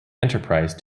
enterprise